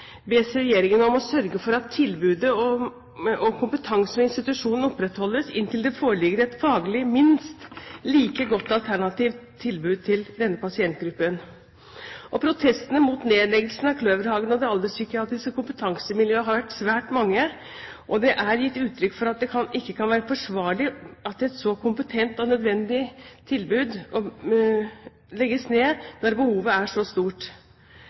bes regjeringen om å sørge for at tilbudet og kompetansen ved institusjonen opprettholdes inntil det foreligger et faglig minst like godt alternativt tilbud til denne pasientgruppen. Protestene mot nedleggelsen av Kløverhagen og det alderspsykiatriske kompetansemiljøet har vært svært mange, og det er gitt uttrykk for at det ikke kan være forsvarlig at et så kompetent og nødvendig tilbud legges ned når behovet er så stort,